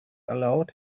allowed